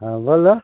हँ बोलो